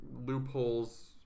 loopholes